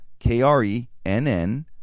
K-R-E-N-N